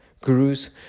gurus